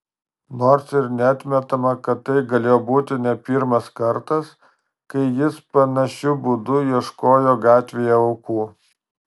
nors ir neatmetama kad tai galėjo būti ne pirmas kartas kai jis panašiu būdu ieškojo gatvėje aukų